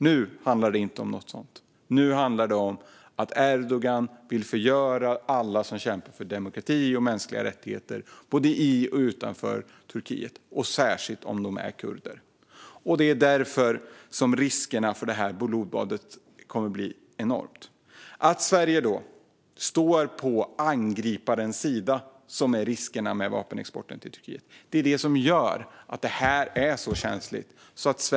Nu handlar det inte om något sådant, utan nu handlar det om att Erdogan vill förgöra alla som kämpar för demokrati och mänskliga rättigheter både i och utanför Turkiet - och särskilt om de är kurder. Risken är därför att detta blodbad kommer att bli enormt. Att Sverige då står på angriparens sida, vilket är risken med vapenexporten till Turkiet, är det som gör att detta är så känsligt.